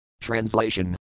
Translation